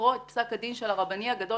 לקרוא את פסק הדין של בית הדין הרבני הגדול,